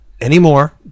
anymore